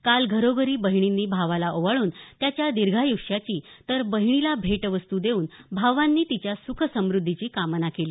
काल घरोघरी बहिर्णींनी भावाला ओवाळून त्याच्या दीर्घायुष्याची तर बहिणीला भेटवस्त्र देऊन भावांनी तिच्या सुखसमुद्धीची कामना केली